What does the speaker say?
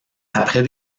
après